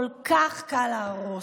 כל כך קל להרוס,